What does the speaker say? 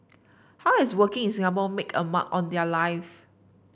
how has working in Singapore made a mark on their lives